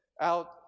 out